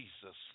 Jesus